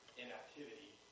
inactivity